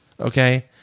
Okay